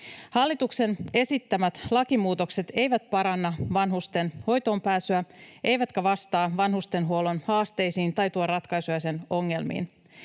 Hallituksen esittämät lakimuutokset eivät paranna vanhusten hoitoonpääsyä eivätkä vastaa vanhustenhuollon haasteisiin tai tuo ratkaisuja sen ongelmiin.